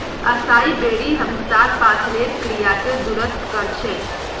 असाई बेरी हमसार पाचनेर क्रियाके दुरुस्त कर छेक